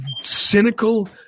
cynical